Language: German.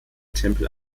tempel